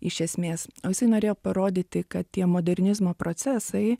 iš esmės o jisai norėjo parodyti kad tie modernizmo procesai